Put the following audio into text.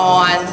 on